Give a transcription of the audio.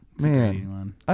man